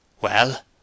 Well